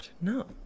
No